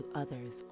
others